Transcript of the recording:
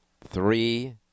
three